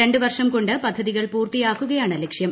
രണ്ട് വർഷം കൊണ്ട് പദ്ധതികൾ പൂർത്തിയാക്കുകയാണ് ലക്ഷ്യം